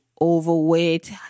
overweight